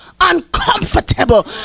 uncomfortable